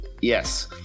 Yes